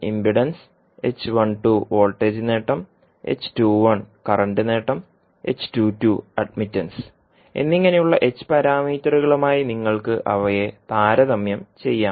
impedance voltage നേട്ടം current നേട്ടം admittance എന്നിങ്ങനെയുള്ള h പാരാമീറ്ററുകളുമായി നിങ്ങൾക്ക് അവയെ താരതമ്യം ചെയ്യാം